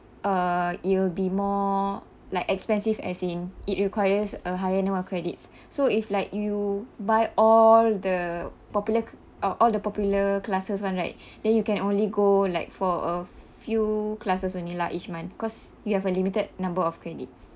uh it'll be more like expensive as in it requires a higher no uh credits so if like you buy all the popular c~ uh all the popular classes [one] right then you can only go like for a few classes only lah each month because you have a limited number of credits